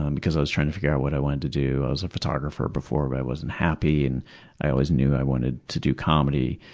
um because i was trying to figure out what i wanted to do. i was a photographer before but i wasn't happy, and i always knew i wanted to do comedy.